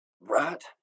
Right